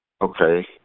Okay